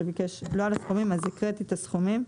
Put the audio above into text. שביקש לא על הסכומים אז הקראתי את הסכומים,